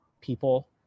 people